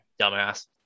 dumbass